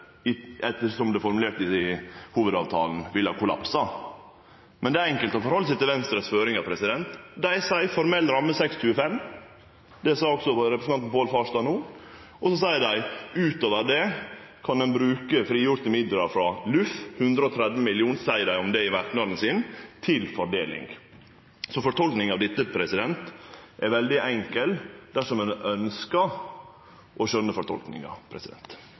er enkelt å forstå føringane frå Venstre. Dei seier: formell ramme 625. Det sa også representanten Pål Farstad no. Og så seier dei at utover det kan ein bruke frigjorde midlar frå LUF – 130 mill. kr, seier dei om det i merknaden sin – til fordeling. Så fortolkinga av det er veldig enkel – dersom ein ønskjer å